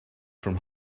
from